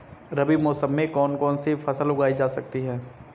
रबी मौसम में कौन कौनसी फसल उगाई जा सकती है?